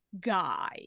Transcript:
guy